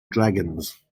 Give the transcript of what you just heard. dragons